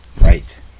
Right